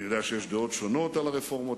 אני יודע שיש דעות שונות על הרפורמות.